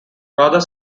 rather